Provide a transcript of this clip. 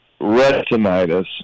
retinitis